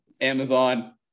Amazon